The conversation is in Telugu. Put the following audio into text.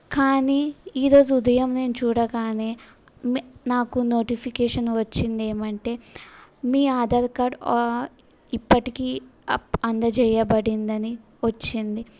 కానీ ఈరోజు ఉదయం నేను చూడగానే మే నాకు నోటిఫికేషన్ వచ్చింది ఏమంటే మీ ఆధార్ కార్డ్ ఇప్పటికి అప్ అందచేయబడింది అని వచ్చింది